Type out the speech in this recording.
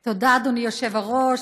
תודה, אדוני היושב-ראש.